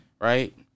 Right